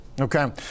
Okay